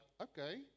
okay